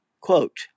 Quote